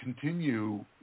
continue